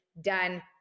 done